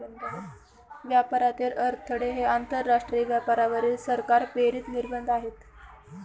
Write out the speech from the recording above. व्यापारातील अडथळे हे आंतरराष्ट्रीय व्यापारावरील सरकार प्रेरित निर्बंध आहेत